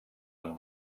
amb